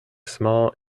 small